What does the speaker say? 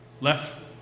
Left